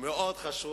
זה מקום מאוד חשוב.